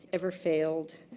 ever failed,